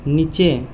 নিচে